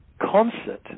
concert